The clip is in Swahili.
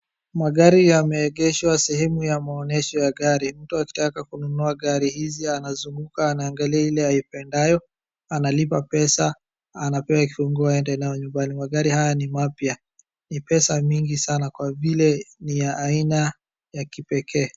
Magari yamiegeshwa sehemu ya maonyesho ya gari. Mtu akitaka kununua gari hizi anazunguka anaangalia ile aipendayo, analipa pesa, anapewa kifunguo aende nayo nyumbani. Magari haya ni mapya, ni pesa nyingi sana kwa vile ni ya aina ya kipekee.